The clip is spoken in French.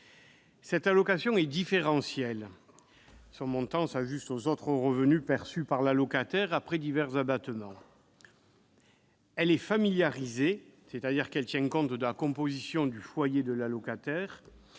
Elle est différentielle : son montant s'ajuste aux autres revenus perçus par l'allocataire après divers abattements. Elle est familiarisée : elle tient compte de la composition du foyer de l'allocataire.